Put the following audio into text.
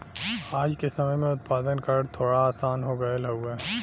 आज के समय में उत्पादन करल थोड़ा आसान हो गयल हउवे